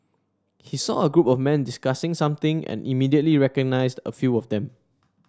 he saw a group of men discussing something and immediately recognised a few of them